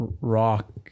rock